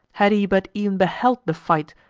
had he but ev'n beheld the fight,